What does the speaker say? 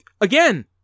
again